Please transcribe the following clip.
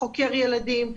חוקר ילדים,